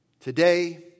Today